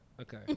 Okay